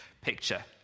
picture